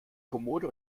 kommode